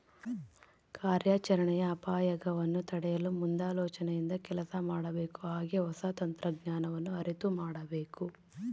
ಕಾರ್ಯಾಚರಣೆಯ ಅಪಾಯಗವನ್ನು ತಡೆಯಲು ಮುಂದಾಲೋಚನೆಯಿಂದ ಕೆಲಸ ಮಾಡಬೇಕು ಹಾಗೆ ಹೊಸ ತಂತ್ರಜ್ಞಾನವನ್ನು ಅರಿತು ಮಾಡಬೇಕು